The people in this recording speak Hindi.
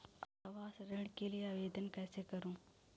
आवास ऋण के लिए आवेदन कैसे करुँ?